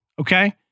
Okay